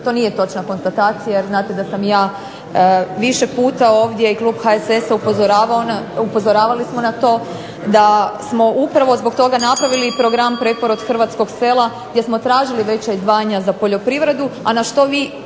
To nije točna konstatacija jer znate da sam ja više puta ovdje i klub HSS-a upozoravali smo na to da smo upravo zbog toga napravili program preporod hrvatskog sela gdje smo tražili veća izdvajanja za poljoprivredu,